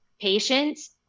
patients